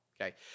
okay